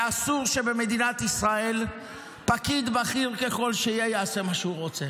אסור שבמדינת ישראל פקיד יעשה מה שהוא רוצה,